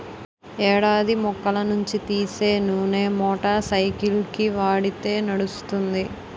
ఎడారి మొక్కల నుంచి తీసే నూనె మోటార్ సైకిల్కి వాడితే నడుస్తుంది